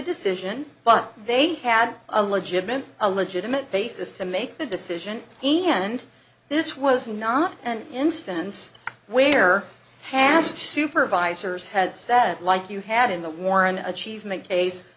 decision but they had a legitimate a legitimate basis to make the decision and this was not an instance where past supervisors had sat like you had in the warren achievement case